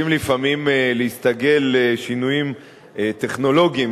לפעמים להסתגל לשינויים טכנולוגיים.